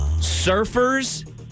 surfers